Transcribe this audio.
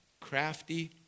crafty